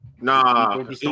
Nah